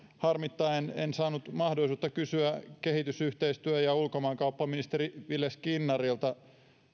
harmittaa että en saanut mahdollisuutta kysyä kehitysyhteistyö ja ulkomaankauppaministeri ville skinnarilta